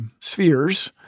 spheres